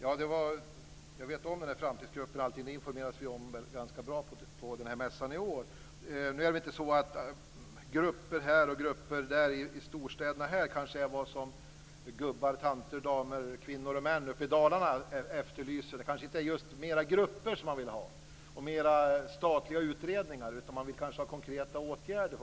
Fru talman! Jag vet om att Framtidsgruppen finns. Det informerades vi om på den här mässan i år. Nu är det kanske inte olika grupper i storstäderna som gubbar, tanter, kvinnor, damer, kvinnor och män i Dalarna efterlyser. De vill kanske inte ha just flera grupper och statliga utredningar. De vill kanske ha konkreta åtgärder.